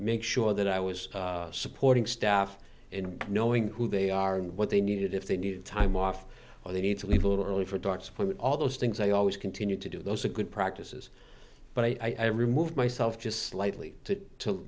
make sure that i was supporting staff and knowing who they are and what they needed if they needed time off or they need to leave a little early for thoughts when all those things i always continue to do those are good practices but i've removed myself just slightly to